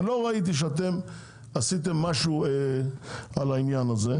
אני לא ראיתי שאתם עשיתם משהו על העניין הזה.